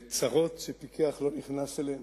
שפיקח לא נכנס אליהן.